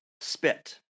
spit